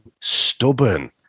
stubborn